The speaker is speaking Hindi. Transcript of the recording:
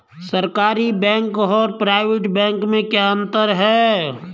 सरकारी बैंक और प्राइवेट बैंक में क्या क्या अंतर हैं?